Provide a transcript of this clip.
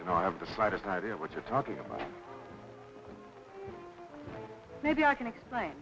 you know i have the slightest idea what you're talking about maybe i can explain